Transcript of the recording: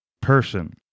person